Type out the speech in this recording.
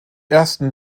ersten